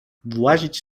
włazić